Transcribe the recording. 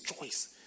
choice